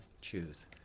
choose